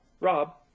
Rob